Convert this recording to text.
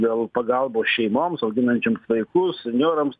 dėl pagalbos šeimoms auginančioms vaikus senjorams